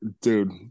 dude